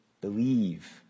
believe